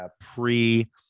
pre